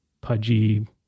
pudgy